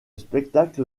spectacle